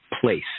place